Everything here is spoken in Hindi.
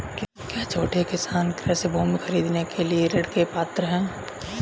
क्या छोटे किसान कृषि भूमि खरीदने के लिए ऋण के पात्र हैं?